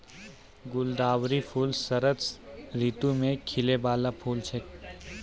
गुलदावरी फूल शरद ऋतु मे खिलै बाला फूल छै